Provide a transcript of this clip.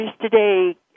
today